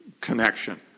connection